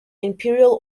imperial